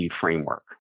framework